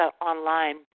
online